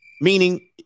Meaning